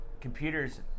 computers